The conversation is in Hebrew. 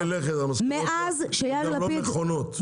זה מרחיקי לכת וגם לא נכונות,